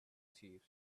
teeth